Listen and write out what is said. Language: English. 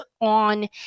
on